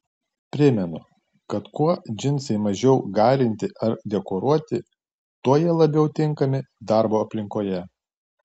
primenu kad kuo džinsai mažiau garinti ar dekoruoti tuo jie labiau tinkami darbo aplinkoje